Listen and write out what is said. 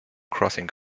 crossing